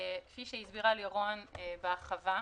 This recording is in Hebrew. כפי שהסבירה לירון בהרחבה,